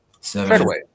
straightaway